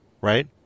right